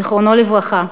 זיכרונו לברכה,